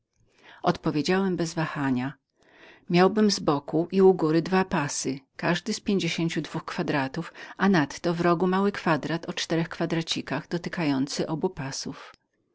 odpowiedziałem bez wahania miałbym na tej samej stronie i na górze dwa pasy każdy z pięćdziesięciu dwóch kwadratów i nadto mały kwadrat o czterech kwadracikach w kącie dotykającym obu pasów